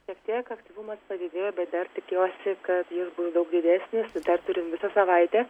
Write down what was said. vis tiek aktyvumas padidėjo bet dar tikiuosi kad jis bus daug didesnis ir dar turim visą savaitę